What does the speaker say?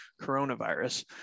coronavirus